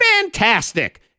Fantastic